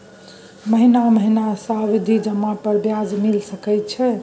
महीना महीना सावधि जमा पर ब्याज मिल सके छै?